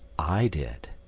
i did.